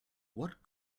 what